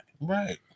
Right